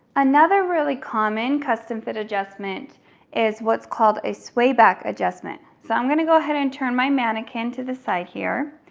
another really common custom fit adjustment is what's called a sway back adjustment. so i'm gonna go ahead and turn my mannequin to the side here.